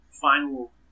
final